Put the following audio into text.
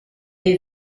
est